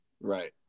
right